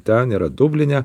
ten yra dubline